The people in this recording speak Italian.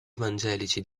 evangelici